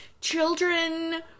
Children